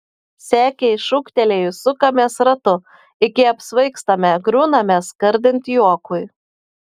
sekei šūktelėjus sukamės ratu iki apsvaigstame griūname skardint juokui